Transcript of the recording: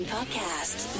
Podcast